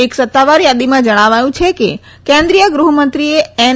એક સત્તાવાર યાદીમાં જણાવાયું છે કે કેન્દ્રીય ગૃહમંત્રીએ એન